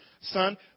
Son